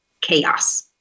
chaos